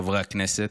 חברי הכנסת,